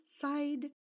side